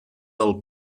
del